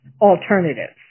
alternatives